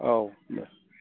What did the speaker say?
औ दे